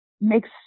makes